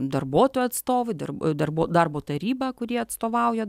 darbuotojų atstovų darb darbu darbo taryba kuri atstovauja